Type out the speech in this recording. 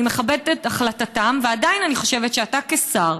אני מכבדת את החלטתם, ועדיין אני חושבת שאתה כשר,